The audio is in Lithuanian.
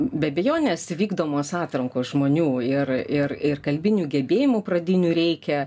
be abejonės vykdomos atrankos žmonių ir ir ir kalbinių gebėjimų pradinių reikia